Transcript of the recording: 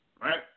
right